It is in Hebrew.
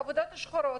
עובדים בעבודות שחורות